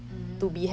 um